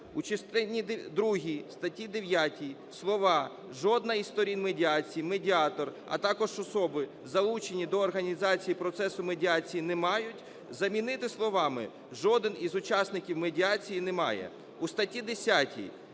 другій статті 9 слова "жодна із сторін медіації, медіатор, а також особи, залучені до організації процесу медіації, не мають" замінити словами "жоден із учасників медіації не має".